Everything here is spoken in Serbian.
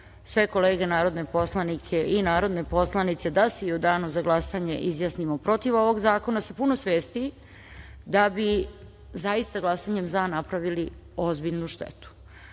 sve kolege narodne poslanike i narodne poslanice da se i u danu za glasanje izjasnimo protiv ovog zakona, sa puno svesti da bi zaista glasanjem za napravili ozbiljnu štetu. Druga